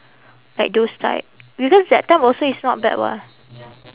like those type because that type also is not bad [what]